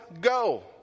Go